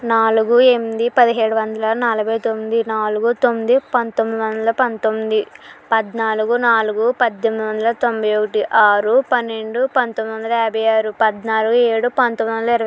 నాలుగు ఎనిమిది పదిహేడు వందల నలభై తొమ్మిది నాలుగు తొమ్మిది పంతొమ్మిది వందల పంతొమ్మిది పద్నాలుగు నాలుగు పద్దెనిమిది వందల తొంభై ఒకటి ఆరు పన్నెండు పందొమ్మిది వందల యాభై ఆరు పద్నాలుగు ఏడు పందొమ్మిది వందల ఇరవై